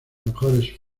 mejores